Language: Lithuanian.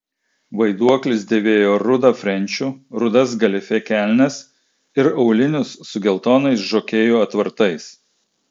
vaiduoklis dėvėjo rudą frenčių rudas galifė kelnes ir aulinius su geltonais žokėjų atvartais